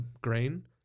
grain